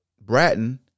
Bratton